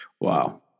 Wow